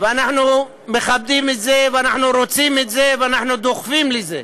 ואנחנו מכבדים את זה, רוצים את זה ודוחפים לזה.